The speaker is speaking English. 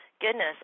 goodness